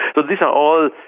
but these are all,